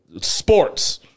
sports